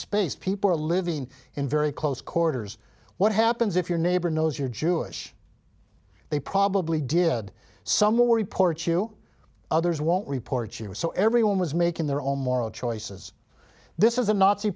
space people are living in very close quarters what happens if your neighbor knows you're jewish they probably did someone report you others won't report she was so everyone was making their own moral choices this is a nazi